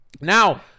Now